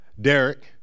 Derek